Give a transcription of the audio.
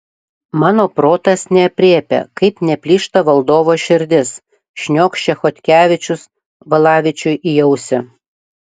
mano protas neaprėpia kaip neplyšta valdovo širdis šniokščia chodkevičius valavičiui į ausį